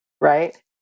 right